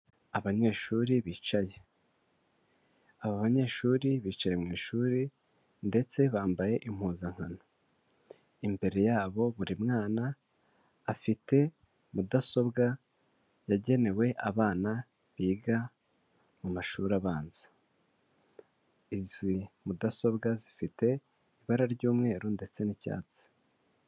Abanyeshuri bicaye aba banyeshuri bicaye mu ishuri ndetse bambaye impuzankano imbere yabo buri mwana afite mudasobwa yagenewe abana biga mu mumashuri abanza, izi mudasobwa zifite ibara ry'umweru ndetse n'icyatsi.